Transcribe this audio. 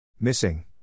Missing